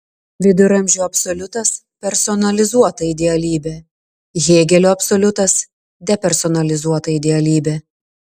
viduramžių absoliutas personalizuota idealybė hėgelio absoliutas depersonalizuota idealybė